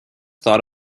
thought